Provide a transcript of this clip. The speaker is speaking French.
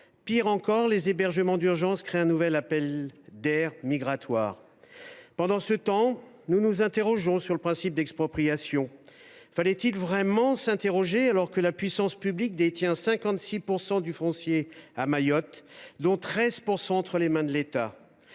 Pis, les hébergements d’urgence créent un nouvel appel d’air migratoire. Pendant ce temps, nous nous interrogeons sur le principe d’expropriation. Est il réellement nécessaire d’y avoir recours, alors que la puissance publique détient 56 % du foncier à Mayotte, dont 13 % sont entre les mains de l’État ?